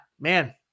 man